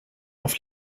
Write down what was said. auf